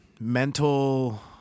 mental